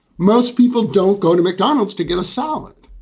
most people don't go to mcdonald's to get a salad.